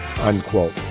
unquote